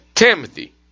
Timothy